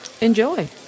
enjoy